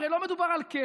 הרי לא מדובר על כסף,